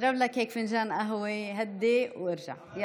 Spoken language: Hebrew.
אזרחי ישראל, ובמיוחד את אזרחי הנגב, במשך שנים.